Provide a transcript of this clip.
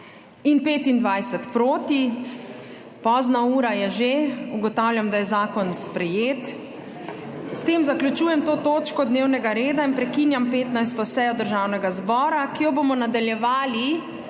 47.) (Proti 25.) Ugotavljam, da je zakon sprejet. S tem zaključujem to točko dnevnega reda in prekinjam 15. sejo Državnega zbora, ki jo bomo nadaljevali